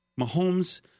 Mahomes